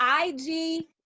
IG